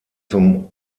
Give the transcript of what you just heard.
zum